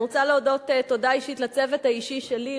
אני רוצה להודות תודה אישית לצוות האישי שלי,